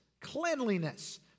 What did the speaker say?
cleanliness